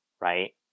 right